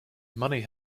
money